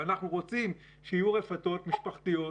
אנחנו רוצים שיהיו רפתות משפחתיות